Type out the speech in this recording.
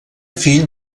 fill